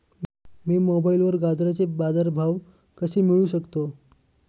मी मोबाईलवर गाजराचे बाजार भाव कसे मिळवू शकतो?